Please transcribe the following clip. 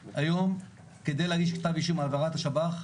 היום, כדי להגיש כתב אישום על עבירת השב"ח,